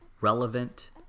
relevant